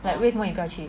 like 为什么你不要去